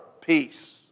peace